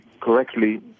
correctly